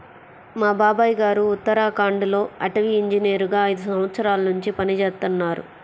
మా బాబాయ్ గారు ఉత్తరాఖండ్ లో అటవీ ఇంజనీరుగా ఐదు సంవత్సరాల్నుంచి పనిజేత్తన్నారు